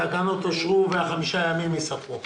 התקנות אושרו, וחמשת הימים ייספרו.